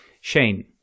Shane